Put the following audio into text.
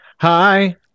Hi